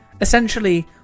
Essentially